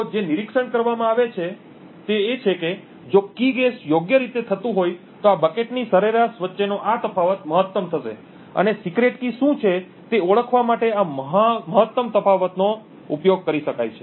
તેથી જે નિરીક્ષણ કરવામાં આવે છે તે છે કે જો કી ગેસKey guess યોગ્ય થતું હોય તો આ બકેટની સરેરાશ વચ્ચેનો આ તફાવત મહત્તમ થશે અને સિક્રેટ કી શું છે તે ઓળખવા માટે આ મહત્તમ તફાવતનો ઉપયોગ કરી શકાય છે